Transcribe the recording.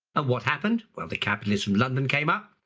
what happened? well, the capitalists from london came up,